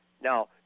Now